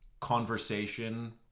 conversation